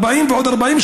40 ועוד 40,